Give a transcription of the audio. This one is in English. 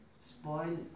spoil